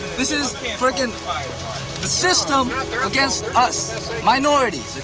this is freaking the system against us minorities,